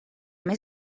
més